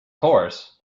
course